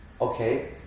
okay